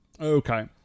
Okay